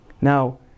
Now